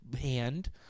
hand